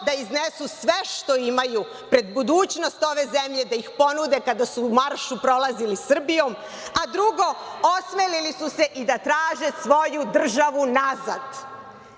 da iznesu sve što imaju pred budućnost ove zemlje da ih ponude kada su u maršu prolazili Srbijom, a drugo osmelili su se i da traže svoju državu nazad. Vi